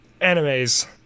animes